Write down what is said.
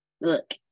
Look